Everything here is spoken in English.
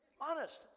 Honest